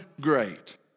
great